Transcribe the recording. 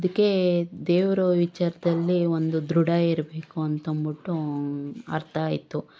ಅದಕ್ಕೆ ದೇವ್ರ ವಿಚಾರದಲ್ಲಿ ಒಂದು ದೃಢ ಇರಬೇಕು ಅಂತ ಅಂದ್ಬಿಟ್ಟು ಅರ್ಥ ಆಯ್ತು